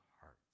hearts